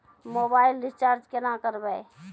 Mobile recharge केना करबै?